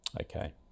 Okay